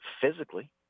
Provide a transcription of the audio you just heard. physically